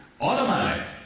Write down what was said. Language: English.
automatic